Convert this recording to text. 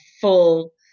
full